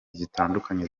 zitandukanye